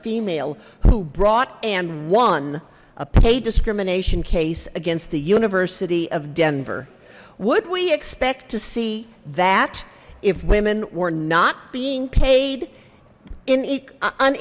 female who brought and won a pay discrimination case against the university of denver would we expect to see that if women were not being paid in